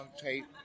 tape